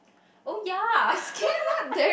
oh ya